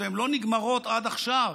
והן לא נגמרות עד עכשיו,